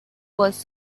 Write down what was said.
was